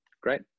great